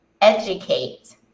educate